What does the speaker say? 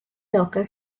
local